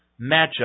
matchup